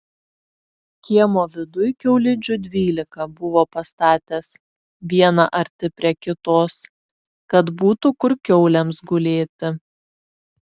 kiemo viduj kiaulidžių dvylika buvo pastatęs vieną arti prie kitos kad būtų kur kiaulėms gulėti